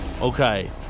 Okay